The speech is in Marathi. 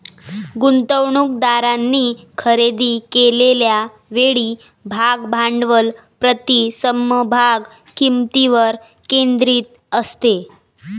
गुंतवणूकदारांनी खरेदी केलेल्या वेळी भाग भांडवल प्रति समभाग किंमतीवर केंद्रित असते